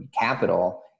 capital